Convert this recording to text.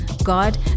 God